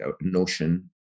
notion